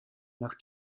nach